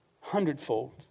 Hundredfold